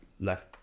left